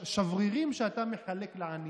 בשברירים שאתה מחלק לעניים.